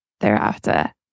thereafter